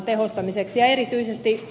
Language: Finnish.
ja erityisesti